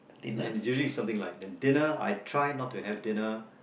and and usually it's something light then dinner I try not to have dinner